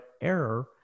error